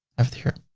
have it here.